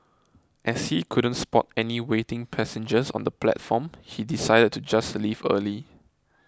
as he couldn't spot any waiting passengers on the platform he decided to just leave early